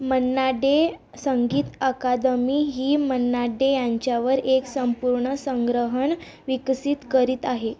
मन्ना डे संगीत अकादमी ही मन्ना डे यांच्यावर एक संपूर्ण संग्रहण विकसित करीत आहे